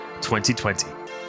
2020